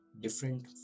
different